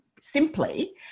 simply